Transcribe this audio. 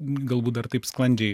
galbūt dar taip sklandžiai